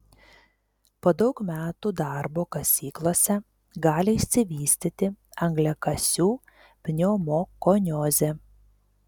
po daug metų darbo kasyklose gali išsivystyti angliakasių pneumokoniozė